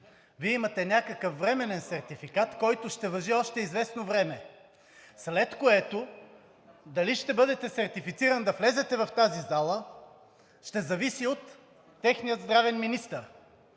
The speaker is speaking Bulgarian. Вие имате някакъв временен сертификат, който ще важи още известно време, след което дали ще бъдете сертифициран да влезете в тази зала, ще зависи от техния здравен министър